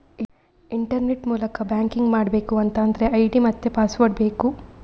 internet ಮೂಲಕ banking ಮಾಡ್ಬೇಕು ಅಂತಾದ್ರೆ ಐಡಿ ಮತ್ತೆ ಪಾಸ್ವರ್ಡ್ ಬೇಕು